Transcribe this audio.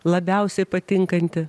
labiausiai patinkanti